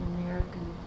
American